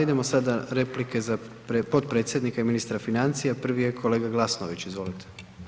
Idemo sada replike za potpredsjednika i ministra financija, prvi je kolega Glasnović, izvolite.